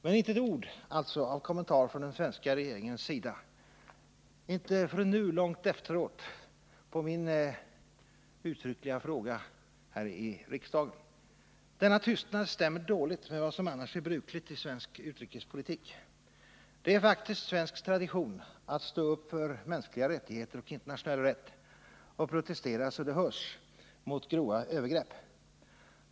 Men inte ett ord av Måndagen den kommentar från den svenska regeringens sida — inte förrän långt efteråt, på 2 juni 1980 min uttryckliga fråga här i riksdagen. Denna tystnad stämmer dåligt med vad som annars är brukligt i svensk utrikespolitik. Det är faktiskt svensk tradition — Om regeringens att stå upp för mänskliga rättigheter och internationell rätt och protestera så — syn på utvecklingatt det hörs mot grova övergrepp.